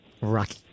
Rocky